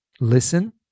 listen